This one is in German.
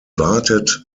wartet